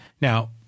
Now